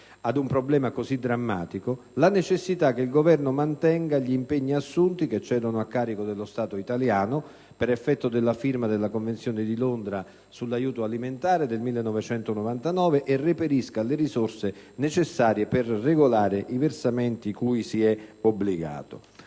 ad un problema così drammatico - la necessità che il Governo mantenga gli impegni assunti dallo Stato italiano per effetto della firma della Convenzione di Londra sull'aiuto alimentare del 1999 e reperisca le risorse necessarie per regolare i versamenti cui si è obbligato.